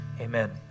amen